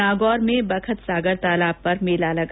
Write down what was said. नागौर में बखत सागर तालाब पर मेला लगा